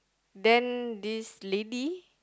then this lady